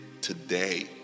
today